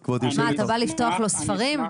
מה, אתה בא לפתוח לו ספרים?